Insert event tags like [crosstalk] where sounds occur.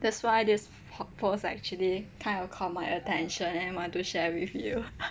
that's why this po~ post actually kind of caught my attention and want to share with you [laughs]